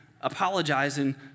apologizing